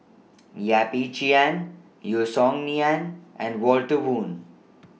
Yap Ee Chian Yeo Song Nian and Walter Woon